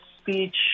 speech